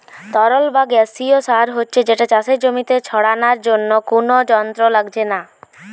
তরল বা গেসিও সার হচ্ছে যেটা চাষের জমিতে ছড়ানার জন্যে কুনো যন্ত্র লাগছে না